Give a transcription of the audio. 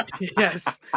yes